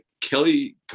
Kelly